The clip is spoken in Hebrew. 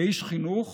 כאיש חינוך